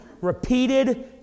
repeated